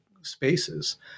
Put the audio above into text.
spaces